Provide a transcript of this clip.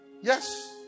Yes